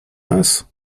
nas